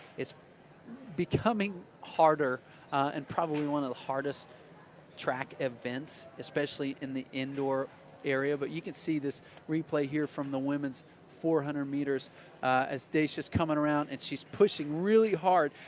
it's becoming harder and probably one of the hardest track events, especially in the indoor area, but you can see this ring play here from the women's four hundred meters as daysha's coming around and she's pushing really hard,